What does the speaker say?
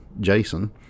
Jason